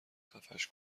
خفش